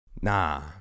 nah